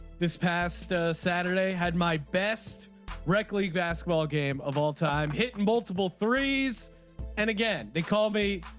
this past saturday had my best rec league basketball game of all time hitting multiple threes and again they call me.